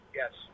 yes